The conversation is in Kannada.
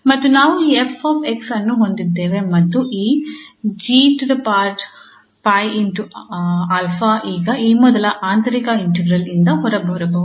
ಮತ್ತು ನಾವು ಈ 𝑓𝑥 ಅನ್ನು ಹೊಂದಿದ್ದೇವೆ ಮತ್ತು ಈ 𝑔̅̂̅̅̅𝛼̅̅ ಈಗ ಈ ಮೊದಲ ಆಂತರಿಕ ಇಂಟಿಗ್ರಾಲ್ ಇಂದ ಹೊರಬರಬಹುದು